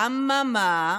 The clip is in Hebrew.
אממה?